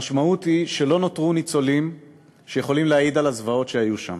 המשמעות היא שלא נותרו ניצולים שיכולים להעיד על הזוועות שהיו שם.